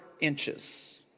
inches